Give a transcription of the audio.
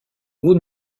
haut